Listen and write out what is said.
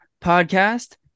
Podcast